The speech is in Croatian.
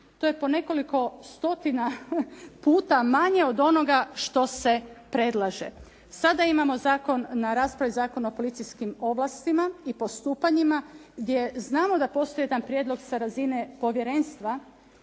To je po nekoliko stotina puta manje od onoga što se predlaže. Sada imamo na raspravi Zakon o policijskim ovlastima i postupanjima gdje znamo da postoji jedan prijedlog sa razine povjerenstva